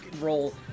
roll